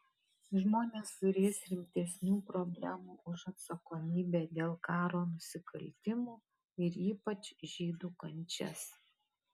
žmonės turės rimtesnių problemų už atsakomybę dėl karo nusikaltimų ir ypač žydų kančias